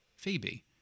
Phoebe